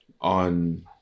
on